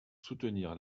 soutenir